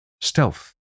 stealth